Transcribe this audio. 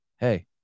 Hey